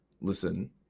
listen